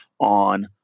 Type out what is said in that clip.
on